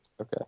Okay